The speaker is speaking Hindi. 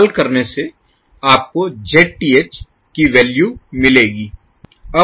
तो इसे हल करने से आपको Zth की वैल्यू मिलेगी